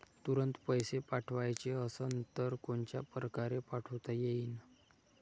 तुरंत पैसे पाठवाचे असन तर कोनच्या परकारे पाठोता येईन?